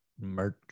Merch